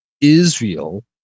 Israel